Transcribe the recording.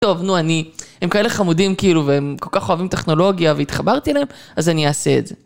טוב נו, אני, הם כאלה חמודים כאילו והם כל כך אוהבים טכנולוגיה והתחברתי אליהם אז אני אעשה את זה